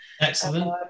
Excellent